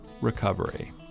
recovery